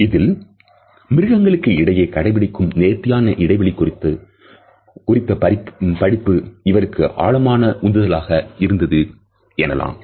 இதில் மிருகங்களுக்கு இடையே கடைபிடிக்கப்படும் நேர்த்தியான இடைவெளி குறித்த படிப்பு இவருக்கு ஆழமான உந்துதலாக இருந்தது எனலாம்